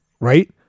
Right